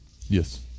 Yes